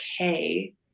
okay